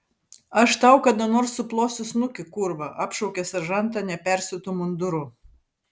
aš tau kada nors suplosiu snukį kurva apšaukė seržantą nepersiūtu munduru